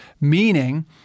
meaning